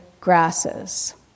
grasses